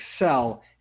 excel